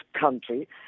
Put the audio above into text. country